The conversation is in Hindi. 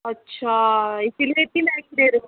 अच्छा इसीलिए इतनी महँगी दे रहे हो